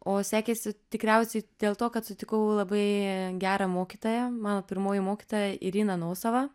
o sekėsi tikriausiai dėl to kad sutikau labai gerą mokytoją mano pirmoji mokytoja irina nosova